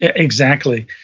ah exactly.